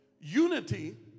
Unity